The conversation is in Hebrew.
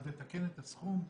אז לתקן את הסכום.